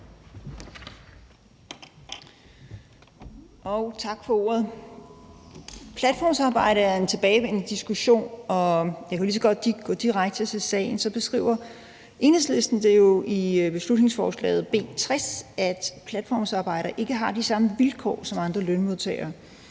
Diskussionen om platformsarbejde er en tilbagevendende diskussion, og jeg kan lige så godt gå direkte til sagen. Enhedslisten skriver i beslutningsforslag B 60, at platformsarbejdere ikke har de samme vilkår som andre lønmodtagere,